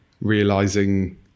realizing